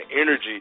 energy